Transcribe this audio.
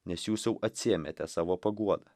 nes jūs jau atsiėmėte savo paguodą